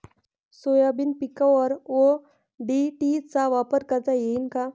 Soybean पिकावर ODT चा वापर करता येईन का?